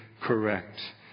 correct